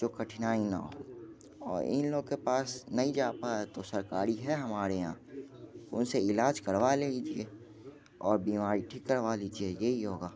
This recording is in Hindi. तो कठिनाई ना हो और इन लोग के पास नहीं जा पाया तो सरकारी है हमारे यहाँ उन से इलाज करवा लीजिए और बीमारी ठीक करवा लीजिए यही होगा